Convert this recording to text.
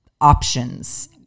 options